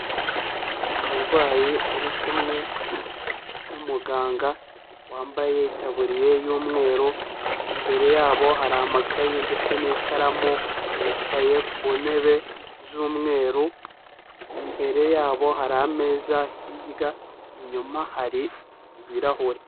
Umurwayi uri kumwe n'umuganga wambaye itaburiye y'umweru, imbere yabo hari amakayi ndetse n'ikaramu bicaye ku ntebe z'umweru, imbere yabo hari ameza hirya inyuma hari ibirahure.